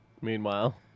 Meanwhile